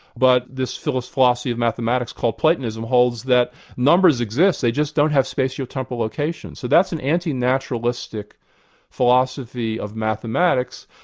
but this philosophy of mathematics called platonism holds that numbers exist, they just don't have spatial temporal locations. so that's an anti-naturalistic philosophy of mathematics.